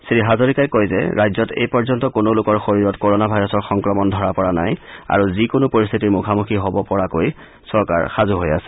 শ্ৰীহাজিৰকাই কয় যে ৰাজ্যত এই পৰ্যন্ত কোনো লোকৰ শৰীৰত ক'ৰোনা ভাইৰাছৰ সংক্ৰমণ ধৰা পৰা নাই আৰু যিকোনো পৰিস্থিতিৰ সন্মুখীন হব পৰাকৈ চৰকাৰ সাজু আছে